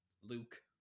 Luke